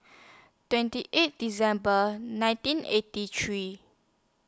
twenty eight December nineteen eighty three